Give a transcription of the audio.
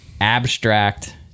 abstract